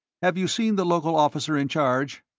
have you seen the local officer in charge?